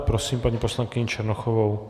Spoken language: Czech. Prosím paní poslankyni Černochovou.